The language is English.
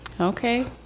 Okay